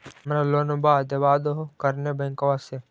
हमरा लोनवा देलवा देहो करने बैंकवा से?